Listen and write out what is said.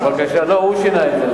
לא, הוא שינה את זה.